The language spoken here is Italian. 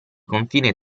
confine